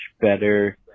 better